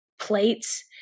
plates